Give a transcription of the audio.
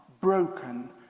broken